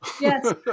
Yes